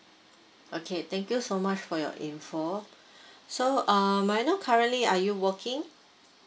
okay thank you so much for your info so um may I know currently are you working